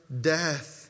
death